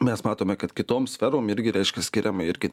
mes matome kad kitom sferom irgi reiškia skiriama irgi